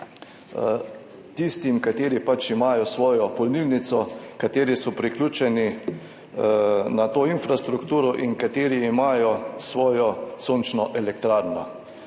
tistim, ki imajo svojo polnilnico, ki so priključeni na to infrastrukturo in ki imajo svojo sončno elektrarno.